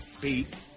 beat